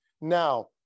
now